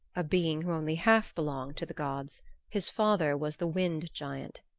a being who only half belonged to the gods his father was the wind giant.